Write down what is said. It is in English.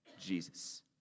Jesus